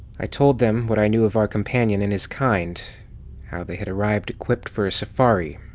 i told them what i knew of our companion and his kind how they had arrived equipped for a safari.